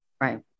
Right